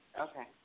Okay